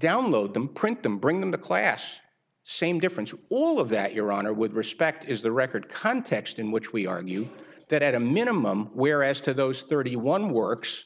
download them print them bring them to class same difference all of that your honor with respect is the record context in which we argue that at a minimum whereas to those thirty one works